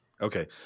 Okay